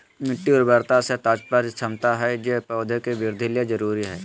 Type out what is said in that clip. मिट्टी उर्वरता से तात्पर्य क्षमता हइ जे पौधे के वृद्धि ले जरुरी हइ